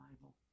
Bible